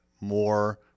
more